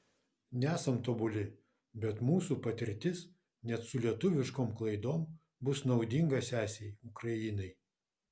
nesam tobuli bet mūsų patirtis net su lietuviškom klaidom bus naudinga sesei ukrainai